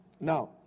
Now